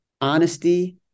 honesty